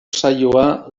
saioa